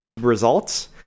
results